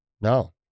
No